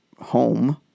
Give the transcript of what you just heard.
home